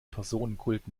personenkult